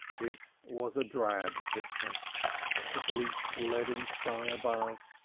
it was a drab picture the bleak, leaden sky above,